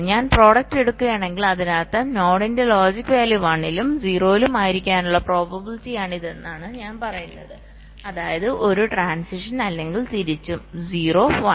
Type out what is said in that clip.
ഞാൻ പ്രോഡക്റ്റ് എടുക്കുകയാണെങ്കിൽ അതിനർത്ഥം നോഡിന്റെ ലോജിക് വാല്യൂ 1 ലും 0 ലും ആയിരിക്കാനുള്ള പ്രോബബിലിറ്റിയാണിതെന്നാണ് ഞാൻ പറയുന്നത് അതായത് ഒരു ട്രാൻസിഷൻ അല്ലെങ്കിൽ തിരിച്ചും 0 1